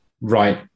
right